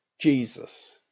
Jesus